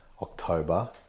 October